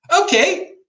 Okay